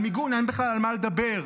על מיגון אין בכלל מה לדבר.